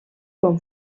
quan